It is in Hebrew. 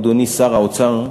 אדוני שר האוצר,